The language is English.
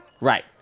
Right